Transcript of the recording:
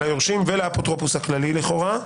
ליורשים ולאפוטרופוס הכללי, לכאורה.